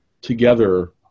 together